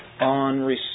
on